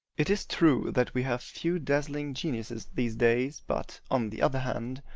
it is true that we have few dazzling geniuses these days, but, on the other hand,